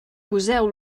poseu